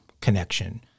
connection